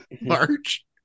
March